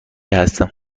هستم